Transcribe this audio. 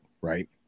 right